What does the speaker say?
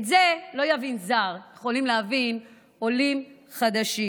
את זה לא יבין זר, יכולים להבין עולים חדשים.